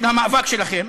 של המאבק שלכם,